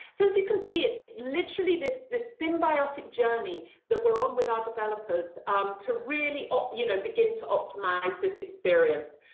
so as you can see, it's literally this this symbiotic journey that we're on with our developers um to really um you know begin to optimize this experience.